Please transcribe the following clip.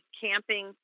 camping